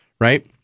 right